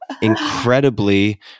incredibly